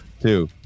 two